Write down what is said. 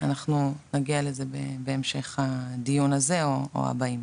אנחנו נגיע לזה בהמשך הדיון הזה או הבאים.